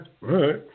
right